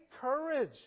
courage